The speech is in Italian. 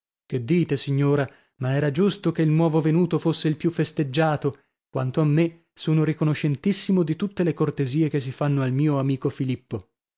che dite signora ma era giusto che il nuovo venuto fosse il più festeggiato quanto a me sono riconoscentissimo di tutte le cortesie che si fanno al mio amico filippo